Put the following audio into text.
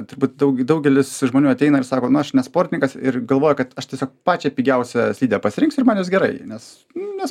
turbūt daug daugelis žmonių ateina ir sako na aš ne sportininkas ir galvoja kad aš tiesiog pačią pigiausią slidę pasirinksiu ir man jos gerai nes nes